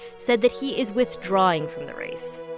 said that he is withdrawing from the race